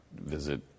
visit